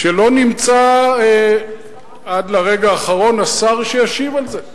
שלא נמצא עד לרגע האחרון השר שישיב על זה,